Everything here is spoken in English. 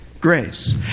grace